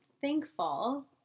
thankful